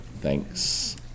Thanks